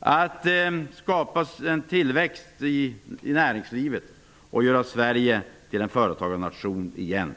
att skapa tillväxt i näringslivet och göra Sverige till en företagarnation igen.